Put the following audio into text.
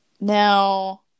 Now